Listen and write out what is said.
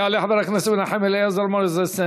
יעלה חבר הכנסת מנחם אליעזר מוזס,